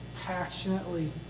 passionately